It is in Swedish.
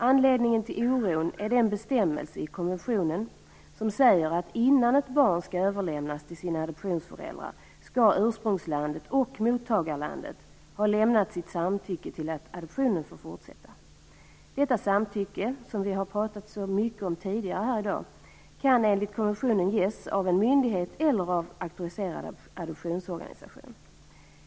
Anledningen till oron är den bestämmelse i konventionen som säger att innan ett barn skall överlämnas till sina adoptionsföräldrar skall ursprungslandet och mottagarlandet ha lämnat sitt samtycke till att adoptionen får fortsätta. Detta samtycke, som vi har pratat så mycket om tidigare här i dag, kan enligt konventionen ges av en myndighet eller av auktoriserad adoptionsorganisation.